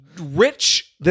rich